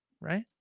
right